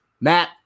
Matt